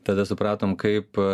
tada supratom kaip